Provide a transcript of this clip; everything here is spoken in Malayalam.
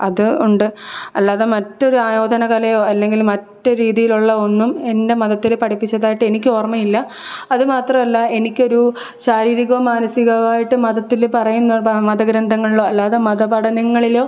അത് ഉണ്ട് അല്ലാതെ മറ്റൊരു ആയോധനകലയോ അല്ലെങ്കിൽ മറ്റ് രീതിയിലുള്ള ഒന്നും എൻ്റെ മതത്തിൽ പഠിപ്പിച്ചതായിട്ട് എനിക്ക് ഓർമ്മയില്ല അത് മാത്രമല്ല എനിക്കൊരു ശാരീരികമോ മാനസികമോ ആയിട്ട് മതത്തിൽ പറയുന്നത് മതഗ്രന്ഥങ്ങളിലോ അല്ലാതെ മതപഠനങ്ങളിലോ